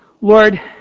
Lord